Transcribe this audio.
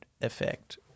effect